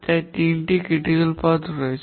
তাই তিনটি সমালোচনামূলক পথ রয়েছে